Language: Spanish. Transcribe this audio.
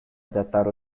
tratar